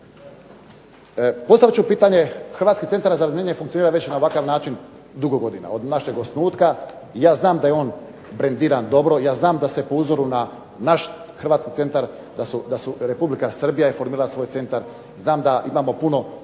Postavit ću pitanje, HCR funkcionira već na ovakav način dugo godina, od našeg osnutka. Ja znam da je on brendiran dobro, ja znam da se po uzoru na naš Hrvatski centar da su Republika Srbija je formirala svoj centar. Znam da imamo puno